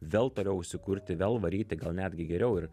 vel toliau užsikurti vėl varyti gal netgi geriau ir